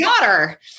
daughter